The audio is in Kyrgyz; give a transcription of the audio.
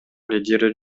лидери